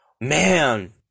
Man